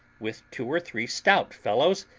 with two or three stout fellows,